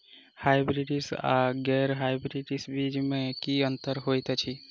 Hybrids आ गैर hybrids बीज म की अंतर होइ अछि?